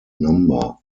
number